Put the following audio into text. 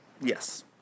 Yes